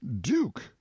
duke